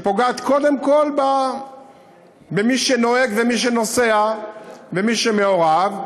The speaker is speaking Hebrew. שפוגעת קודם כול במי שנוהג ומי שנוסע ובמי שמעורב,